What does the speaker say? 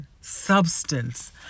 substance